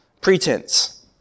Pretense